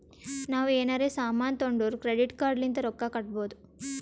ನಾವ್ ಎನಾರೇ ಸಾಮಾನ್ ತೊಂಡುರ್ ಕ್ರೆಡಿಟ್ ಕಾರ್ಡ್ ಲಿಂತ್ ರೊಕ್ಕಾ ಕಟ್ಟಬೋದ್